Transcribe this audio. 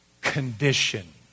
condition